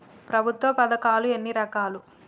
ప్రభుత్వ పథకాలు ఎన్ని రకాలు?